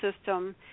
system